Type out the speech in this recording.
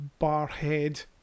Barhead